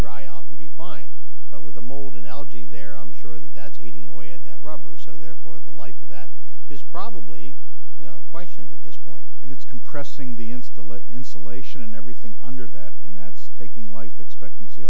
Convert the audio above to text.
dry out and be fine but with the mold analogy there i'm sure that that's eating away at that rubber so therefore the life of that is probably no questions at this point and it's compressing the instilling insulation and everything under that and that's taking life expectancy